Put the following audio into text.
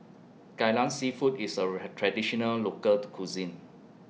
Kai Lan Seafood IS A Traditional Local Cuisine